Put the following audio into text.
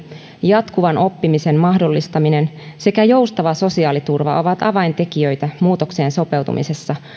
jatkuvan oppimisen mahdollistaminen sekä joustava sosiaaliturva ovat avaintekijöitä muutokseen sopeutumisessa